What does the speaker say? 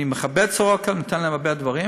אני מכבד את "סורוקה", נותן להם הרבה דברים.